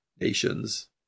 Nations